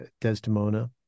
desdemona